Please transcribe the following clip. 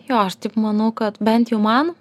jo aš taip manau kad bent jau man